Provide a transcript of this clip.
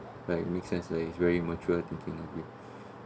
like make sense very it's very mature thinking with